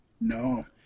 No